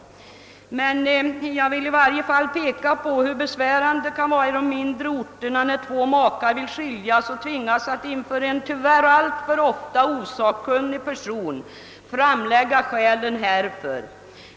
Men jag vill i varje fall peka på hur besvärande det kan vara i de mindre orterna, när två makar vill skiljas och tvingas att inför en tyvärr alltför ofta osakkunnig person framlägga skälen härför.